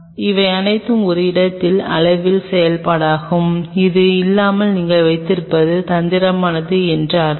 இவை அனைத்தும் ஒரு இடத்தின் அளவின் செயல்பாடாகும் அது இல்லாமல் நீங்கள் வைத்திருப்பது தந்திரமானது என்று அர்த்தம்